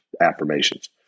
affirmations